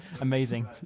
Amazing